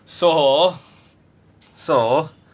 so so